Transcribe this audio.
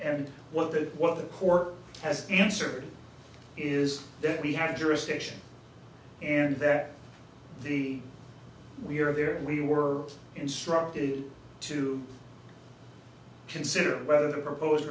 and what the what the court has answered is that we have jurisdiction and that the we are there and we were instructed to consider whether the proposed